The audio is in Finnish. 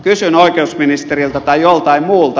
kysyn oikeusministeriltä tai joltain muulta